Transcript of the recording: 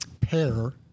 pair